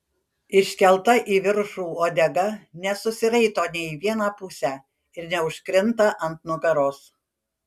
iškelta į viršų uodega nesusiraito nė į vieną pusę ir neužkrinta ant nugaros